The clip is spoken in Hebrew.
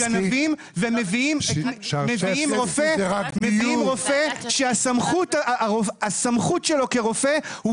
במקום זה קוראים לנו גנבים ומביאים רופא שהסמכות שלו כרופא הוא